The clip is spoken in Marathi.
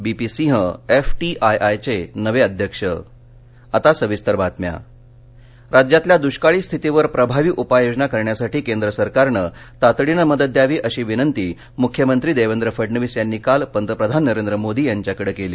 B P Singh F T I I चे नवे अध्यक्ष दष्काळ मदत राज्यातल्या दृष्काळी स्थितीवर प्रभावी उपाययोजना करण्यासाठी केंद्र सरकारनं तातडीनं मदत द्यावी अशी विनंती मुख्यमंत्री देवेंद्र फडणवीस यांनी काल पंतप्रधान नरेंद्र मोदी यांच्याकडे केली